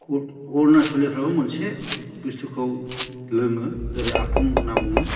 अरुनासलनिफ्रायबो मोनसे बुस्थुखौ लोङो जेरै आफं होनना बुङो